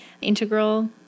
integral